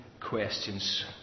questions